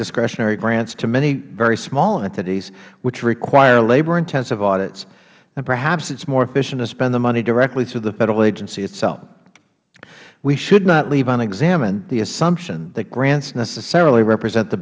discretionary grants to many very small entities which require labor intensive audits then perhaps it is more efficient to spend the money directly through the federal agency itself we should not leave unexamined the assumption that grants necessarily represent the